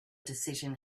decision